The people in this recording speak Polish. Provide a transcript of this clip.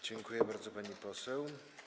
Dziękuję bardzo, pani poseł.